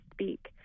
speak